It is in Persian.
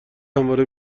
همواره